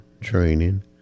training